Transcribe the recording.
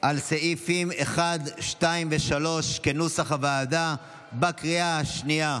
על סעיפים 1, 2 ו-3, כנוסח הוועדה, בקריאה השנייה.